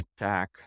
attack